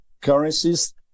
currencies